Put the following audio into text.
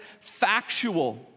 factual